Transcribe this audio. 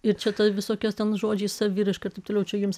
ir čia tuoj visokiais ten žodžiais saviraiška ir taip toliau čia jums